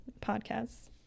Podcasts